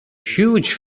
huge